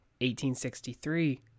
1863